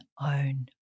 own